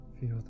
Feel